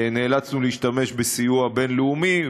נאלצנו להשתמש בסיוע בין-לאומי,